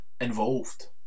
involved